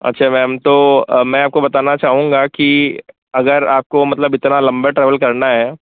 अच्छा मैम तो मैं आपको बताना चाहूँगा कि अगर आपको मतलब इतना लंबा ट्रैवल करना है